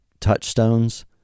touchstones